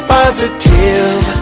positive